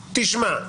תשמע,